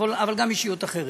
אבל גם אישיות אחרת.